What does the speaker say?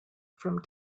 from